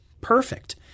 perfect